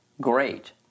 great